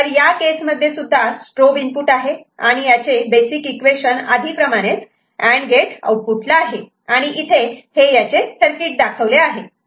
तर या केस मध्ये सुद्धा स्ट्रोब इनपुट आहे आणि याचे बेसिक इक्वेशन आधी प्रमाणे अँड गेट आऊटपुटला आहे आणि इथे हे याचे सर्किट दाखवले आहे